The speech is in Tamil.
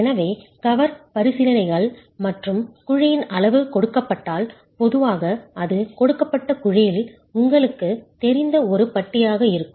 எனவே கவர் பரிசீலனைகள் மற்றும் குழியின் அளவு கொடுக்கப்பட்டால் பொதுவாக அது கொடுக்கப்பட்ட குழியில் உங்களுக்குத் தெரிந்த ஒரு பட்டியாக இருக்கும்